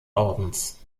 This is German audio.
ordens